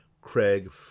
Craig